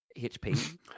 hp